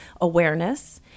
awareness